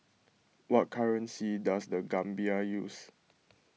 what currency does the Gambia use